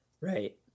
Right